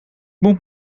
moet